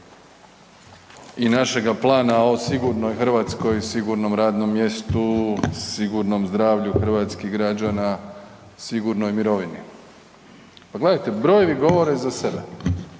i našega plana o sigurnoj Hrvatskoj i sigurnom radnom mjestu, sigurnom zdravlju hrvatskih građana, sigurnoj mirovini, pa gledajte brojevi govore za sebe,